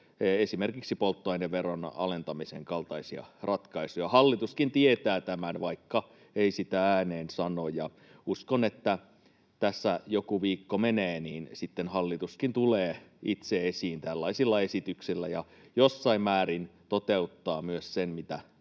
esimerkiksi polttoaineveron alentamisen kaltaisia ratkaisuja. Hallituskin tietää tämän, vaikka ei sitä ääneen sano. Uskon, että tässä joku viikko menee, niin sitten hallituskin tulee itse esiin tällaisilla esityksillä ja jossain määrin toteuttaa myös sen,